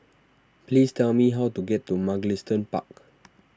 please tell me how to get to Mugliston Park